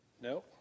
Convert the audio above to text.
No